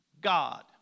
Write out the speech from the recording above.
God